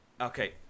Okay